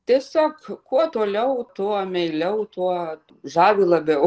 tiesiog kuo toliau tuo meiliau tuo žavi labiau